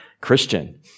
Christian